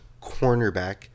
cornerback